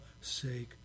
sake